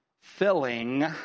filling